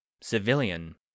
Civilian